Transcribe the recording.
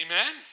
Amen